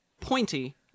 pointy